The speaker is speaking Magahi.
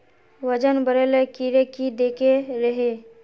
वजन बढे ले कीड़े की देके रहे?